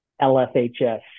LFHS